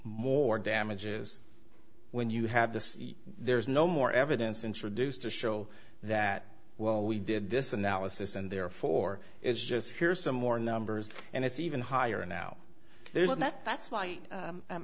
more damages when you have this there's no more evidence introduced to show that well we did this analysis and therefore it's just here's some more numbers and it's even higher now there's and that